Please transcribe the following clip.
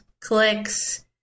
clicks